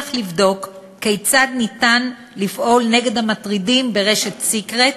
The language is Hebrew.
לבדוק כיצד ניתן לפעול נגד המטרידים ברשת "סיקרט"